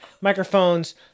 microphones